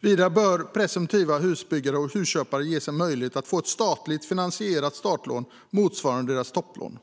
Vidare bör presumtiva husbyggare och husköpare ges en möjlighet att få ett statligt finansierat startlån motsvarande deras topplån.